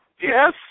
Yes